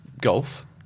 Golf